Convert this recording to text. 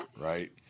right